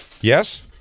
Yes